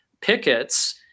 pickets